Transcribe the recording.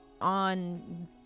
on